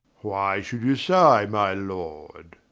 why should you sigh, my lord?